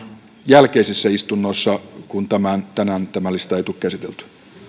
jälkeisissä istunnoissa kun tänään tämä lista ei tule käsiteltyä